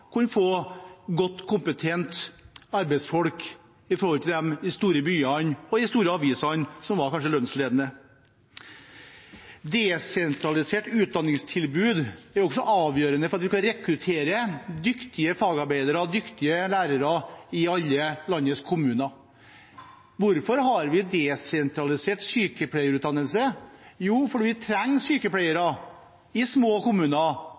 kunne få godt kompetente arbeidsfolk i forhold til de store byene og de store avisene, som kanskje var lønnsledende. Et desentralisert utdanningstilbud er også avgjørende for å rekruttere dyktige fagarbeidere og dyktige lærere i alle landets kommuner. Hvorfor har vi en desentralisert sykepleierutdannelse? Jo, fordi vi trenger sykepleiere i små kommuner,